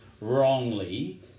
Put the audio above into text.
wrongly